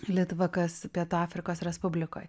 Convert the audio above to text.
litvakas pietų afrikos respublikoj